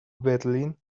berlín